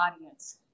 audience